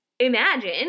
imagine